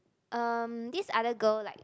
um this other girl like